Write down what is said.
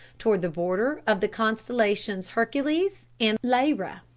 toward the border of the constellations hercules and lyra.